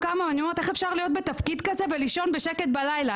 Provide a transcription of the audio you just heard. איך אפשר להיות בתפקיד כזה ולישון בשקט בלילה?